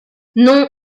non